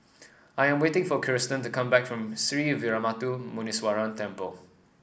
I am waiting for Kirstin to come back from Sree Veeramuthu Muneeswaran Temple